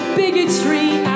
bigotry